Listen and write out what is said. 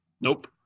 Nope